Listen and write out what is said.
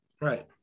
Right